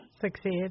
Succeed